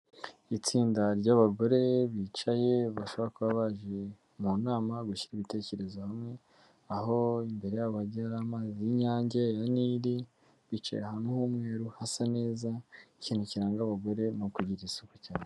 Itsinda ry'abagore bicaye bashobora kuba bagiye mu nama gushyira ibitekerezo hamwe; aho imbere yabo hagiye haba amazi y'inyange, ya Nili; bicaye ahantu h'umweru hasa neza. Ikintu kiranga abagore ni ukugira isuku cyane.